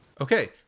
Okay